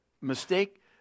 mistake